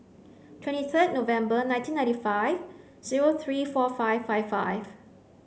twenty third November nineteen ninty five zero three four five five five